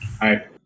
hi